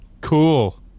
Cool